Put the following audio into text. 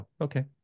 Okay